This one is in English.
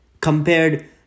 compared